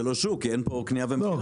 זה לא שוק כי אין פה קנייה ומכירה.